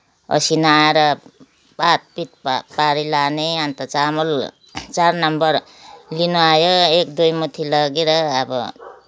असिना आएर पाटपिट पा पारी लाने अन्त चामल चार नम्बर लिन आयो एक दुई मुठी लगेर अब